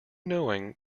knowing